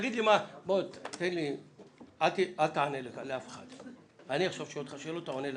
אל תענה לאף אחד, אני שואל אותך שאלות ואתה עונה.